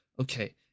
okay